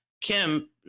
Kim